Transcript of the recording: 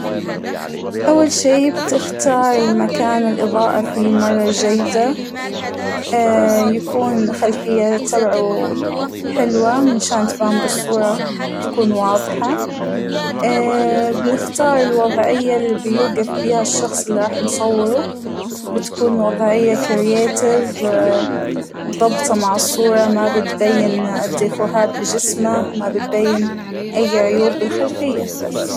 أول شى بتختار المكان الإضائة فيه مرة جيدة، ااا-يكون خلفيه تبعوا حلوة مشان تبان بالصورة تكون واضحة ، بنختار الوضعية اللى بيوقف بيها الشخص اللى راح نصوره ، بتكون وضعية كريتف مظبطة مع الصورة ما بتبين الديفوهات بجسمه ، ما بتبين أى عيوب بالخلفية بس.